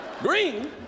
Green